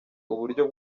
uburyo